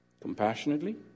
Compassionately